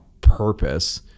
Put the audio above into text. purpose